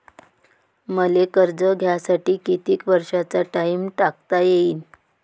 मले कर्ज घ्यासाठी कितीक वर्षाचा टाइम टाकता येईन?